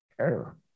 error